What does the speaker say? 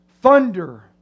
Thunder